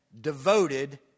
devoted